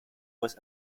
was